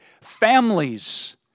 families